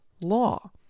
law